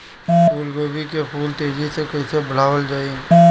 फूल गोभी के फूल तेजी से कइसे बढ़ावल जाई?